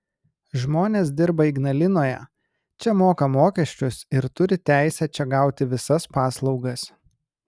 žmonės dirba ignalinoje čia moka mokesčius ir turi teisę čia gauti visas paslaugas